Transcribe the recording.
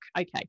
Okay